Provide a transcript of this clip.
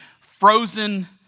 Frozen